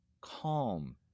calm